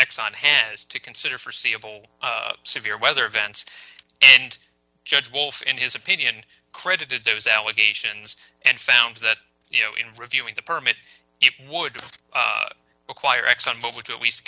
exxon has to consider forseeable severe weather events and judge wolf in his opinion credited those allegations and found that you know in reviewing the permit it would require exxon mobil to at least